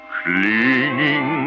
clinging